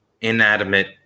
inanimate